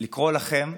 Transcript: לקרוא לכם,